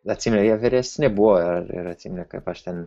atsiminė jie vyresni buvo ir atsiminė kaip aš ten